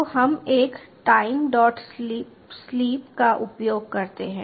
तो हम एक timesleep का उपयोग करते हैं